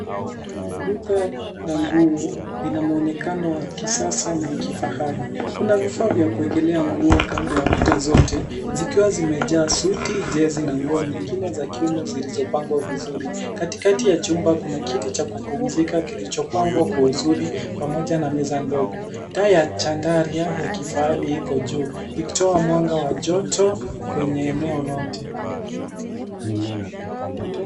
Duka la nguo lina muonekana wa kisasa na wa kifahari. Kuna vifaa vya kuelekea nguo kando ya kuta zote zikiwa zimejaa suti, jezi na nguo nyingine za kiume zilizopangwa vizuri. Katikati ya chumba kuna kiti cha kupumzika kilichopambwa kwa uzuri pamoja na meza ndogo. Taa ya chandaria ya kifahari iko juu ikitoa mwanga wa joto kwenye eneo lote.